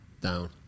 Down